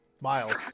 Miles